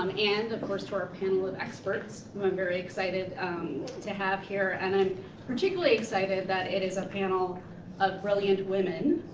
um and, of course, to our panel of experts who i'm very excited to have here. and i'm particularly excited that it is a panel of brilliant women.